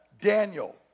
Daniel